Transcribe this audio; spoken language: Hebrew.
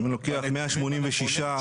אלה אמירות שאנחנו צריכים לגדוע אותן,